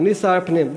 אדוני שר הפנים,